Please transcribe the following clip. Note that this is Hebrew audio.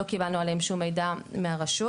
לא קיבלנו עליהם שום מידע מהרשות,